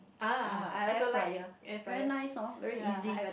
ah air fryer very nice hor very easy